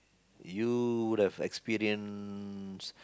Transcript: you would have experienced